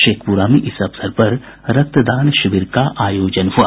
शेखपुरा में इस अवसर पर रक्त दान शिविर का आयोजन हुआ